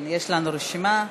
יש לנו רשימה.